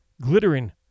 glittering